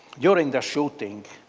during the shooting,